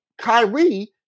Kyrie